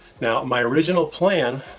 now, my original plan,